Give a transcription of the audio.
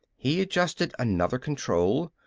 he adjusted another control.